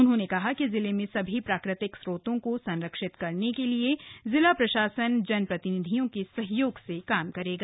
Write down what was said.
उन्होंने कहा कि जिले में सभी प्राकृतिक स्रोतों को संरक्षित करने के लिए जिला प्रशासन जनप्रतिनिधियों के सहयोग से काम करेगा